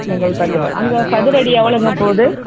செங்கல்பட்டு அங்கே சதுர அடி எவ்வளோங்க போகுது